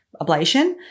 ablation